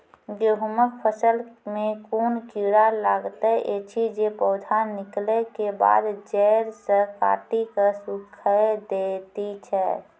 गेहूँमक फसल मे कून कीड़ा लागतै ऐछि जे पौधा निकलै केबाद जैर सऽ काटि कऽ सूखे दैति छै?